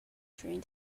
during